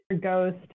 ghost